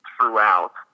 throughout